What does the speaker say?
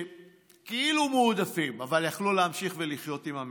שכאילו מועדפים, שיכלו להמשיך ולחיות עם המשק,